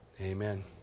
amen